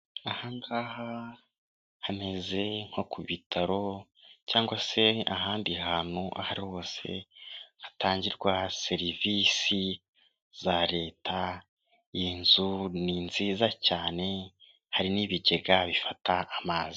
Aha ngaha hameze nko ku bitaro cyangwa se ahandi hantu ahari hose hatangirwa serivisi za leta, iyi nzu ni nziza cyane hari n'ibigega bifata amazi.